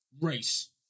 race